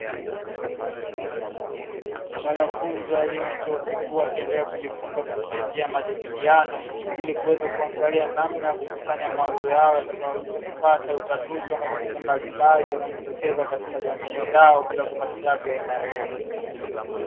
Wanafunzi wa elimu chuo kikuu, wakiendelea kujifunza kupitia njia ya majadiliano ili kuweza kuangallia namna ya kukusanya mawazo yao, yatakayo wawezesha kupata utatuzi wa matatizo mbalimbali yanayojitokeza katika jamii zao, bila kupata taabu ya aina yoyote.